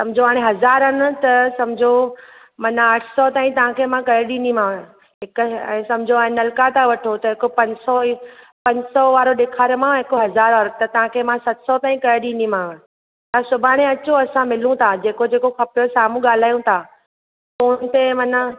समुझो हाणे हज़ारनि त सम्झो माना अठ सौ अथई तव्हांखे मां करे ॾींदीमाव हिकु समुझो हाणे नलका त वठो त हिकु पंज सौ वारो डे॒खारियोमांव हिकु हज़ार वारो त तव्हांखे मां सत सौ ताईं करे ॾींदीमांव तव्हां सुभाणे अचो असां मिलूं था जेको जेको खपे साम्हूं ॻाल्हायूं था मन